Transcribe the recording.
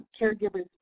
caregiver's